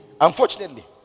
unfortunately